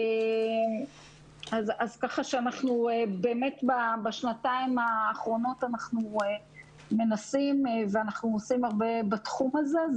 אז ככה שבאמת בשנתיים האחרונות אנחנו מנסים ועושים הרבה בתחום הזה.